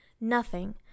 Nothing